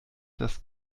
das